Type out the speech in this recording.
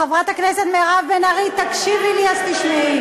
חברת הכנסת מירב בן ארי, תקשיבי לי, אז תשמעי.